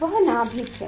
वह नाभिक है